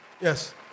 Yes